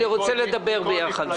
אני רוצה לדבר ביחד.